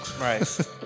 Right